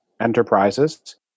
enterprises